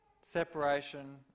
separation